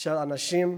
של אנשים